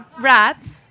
rats